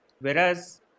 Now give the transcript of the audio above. Whereas